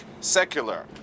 secular